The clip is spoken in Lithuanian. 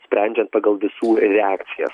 sprendžiant pagal visų reakcijas